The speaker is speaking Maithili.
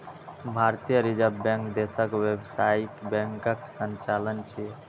भारतीय रिजर्व बैंक देशक व्यावसायिक बैंकक संचालक छियै